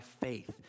faith